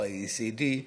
ה-OECD,